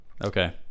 Okay